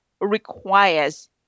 requires